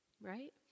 right